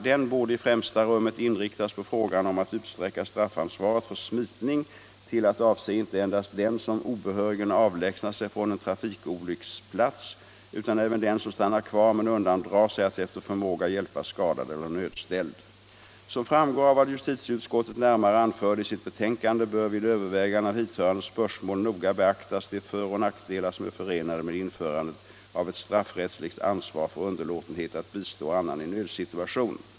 Den borde i främsta rummet inriktas på frågan om att utsträcka straffansvaret för smitning till att avse inte endast den som obehörigen avlägsnar sig från en trafikolycksplats utan även den som stannar kvar men undandrar sig att efter förmåga hjälpa skadad eller nödställd. Som framgår av vad justitieutskottet närmare anförde i sitt betänkande bör vid övervägande av hithörande spörsmål noga beaktas de föroch nackdelar som är förenade med införandet av ett straffrättsligt ansvar för underlåtenhet att bistå annan i nödsituation.